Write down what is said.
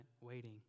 waiting